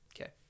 Okay